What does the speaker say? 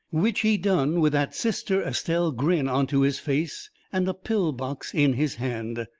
which he done with that sister estelle grin onto his face and a pill box in his hand.